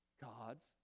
God's